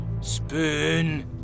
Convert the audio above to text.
Spoon